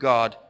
God